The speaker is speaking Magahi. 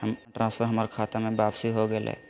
हमर फंड ट्रांसफर हमर खता में वापसी हो गेलय